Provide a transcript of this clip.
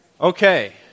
Okay